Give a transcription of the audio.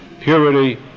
purity